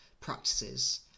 practices